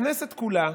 הכנסת כולה,